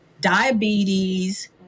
diabetes